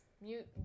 mute